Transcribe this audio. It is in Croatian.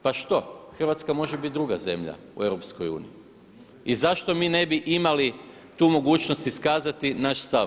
Pa što, Hrvatska može biti druga zemlja u EU i zašto mi ne bi imali tu mogućnost iskazati naš stav.